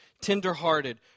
tenderhearted